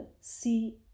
see